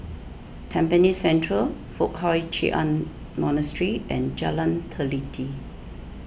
Tampines Central Foo Hai Ch'an Monastery and Jalan Teliti